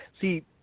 see